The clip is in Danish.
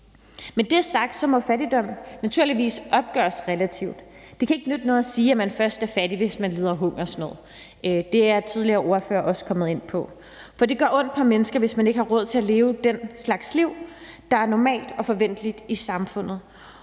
Med det sagt må fattigdom naturligvis opgøres relativt. Det kan ikke nytte noget, at man først er fattig, hvis man lider af hungersnød. Det er tidligere ordførere også kommet ind på. For det gør ondt på mennesker, hvis ikke de har råd til at leve den slags liv, der er normalt og forventeligt i samfundet,